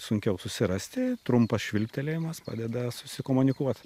sunkiau susirasti trumpas švilptelėjimas padeda susikomunikuot